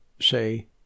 Say